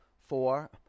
four